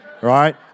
right